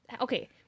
Okay